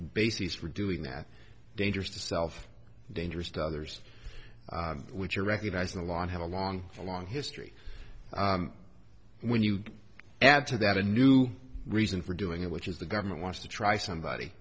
bases for doing that dangerous to self dangerous to others which are recognized the law and have a long a long history when you add to that a new reason for doing it which is the government wants to try somebody